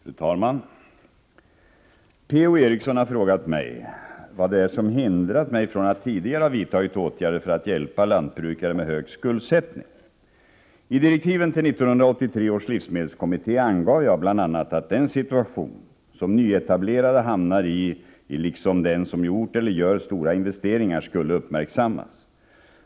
Fru talman! Per-Ola Eriksson har frågat mig vad det är som hindrat mig från att tidigare ha vidtagit åtgärder för att hjälpa lantbrukare med hög skuldsättning. I direktiven till 1983 års livsmedelskommitté angav jag bl.a. att den situation som nyetablerade hamnar i, liksom den som gjort eller gör stora investeringar, skulle uppmärksammas.